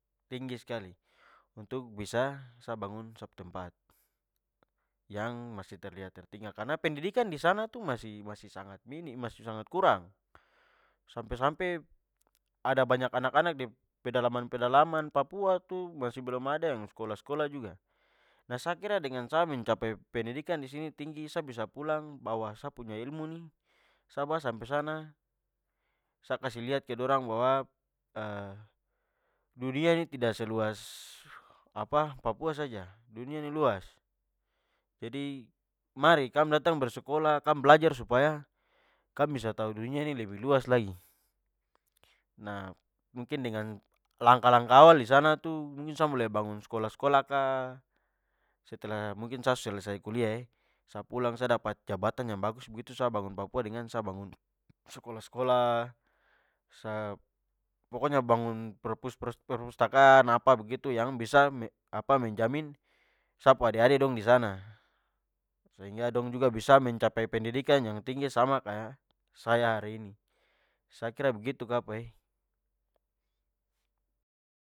Tinggi skali untuk bisa sa bangun sa pu tempat yang masih terlihat tertinggal. Karna pendidikan disana tu masih sangat minim, masih kurang sampe-sampe ada banyak anak-anak di pedalaman-pedalaman papua tu masih belum ada yang sekolah-sekolah juga. Nah sa kira dengan sa mencapai pendidikan disini tinggi, sa bisa pulang bawa sa punya ilmu nih, sa bawa sampe sana, sa kasih lihat ke dorang bahwa dunia ini tidak seluas papua saja, dunia ini luas. Jadi, mari kam dating bersekolah, kam datang belajar supaya kam bisa tau dunia ini lebih luas lagi. Nah mungkin dengan langkah-langkah awal disana tu sa mulai bangun sekolah-sekolah ka setelah mungkin sa selesai kuliah e, sa pulang sa dapat jabatan yang bagus begitu sa bangun papua dengan sa bangun sekolah-sekolah, sa pokoknya bangun perpustakaan apa begitu yang bisa apa menjamin sa pu ade-ade dong disana. Ya dong juga bisa mencapai pendidikan tinggi sama kaya saya hari ini. Sa kira begitu kapa e!